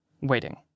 waiting